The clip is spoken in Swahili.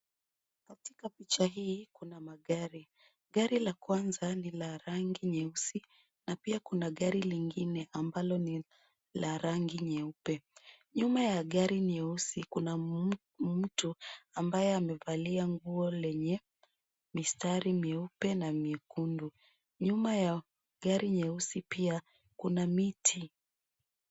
Katika picha hii, kuna magari. Gari la kwanza ni la rangi nyeusi, na pia kuna gari lingine ambalo ni la rangi nyeupe. Nyuma ya gari nyeusi, kuna mtu ambaye amevalia nguo lenye mistari myeupe na myekundu. Nyuma ya gari nyeusi pia, kuna miti.